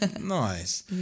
Nice